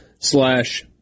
slash